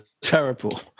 terrible